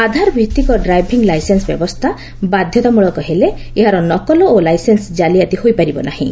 ଆଧାର ଭିତ୍ତିକ driving licence ବ୍ୟବସ୍ଥା ବାଧ୍ୟତାମୂଳକ ହେଲେ ଏହାର ନକଲ ଓ ଲାଇସେନ୍ସ କାଲିଆତି ହୋଇପାରିବ ନାହିଁ